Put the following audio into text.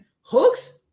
Hooks